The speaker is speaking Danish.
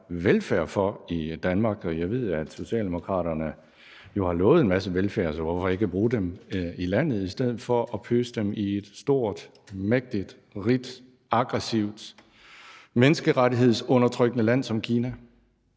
velfærd for i Danmark, og jeg ved, at Socialdemokraterne jo har lovet en masse velfærd, så hvorfor ikke bruge dem i landet i stedet for at pøse dem i et stort, mægtigt, rigt, aggressivt, menneskerettighedsundertrykkende land som Kina?